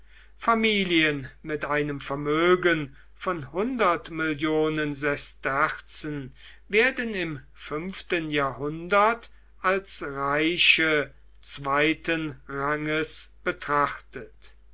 familien mit einem vermögen von hundert millionen sesterzen werden im fünften jahrhundert als reiche zweiten ranges betrachtet